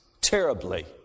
terribly